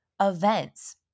events